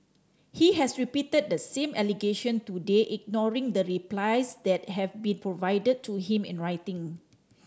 he has repeated the same allegation today ignoring the replies that have been provided to him in writing